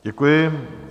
Děkuji.